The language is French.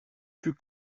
plus